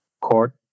court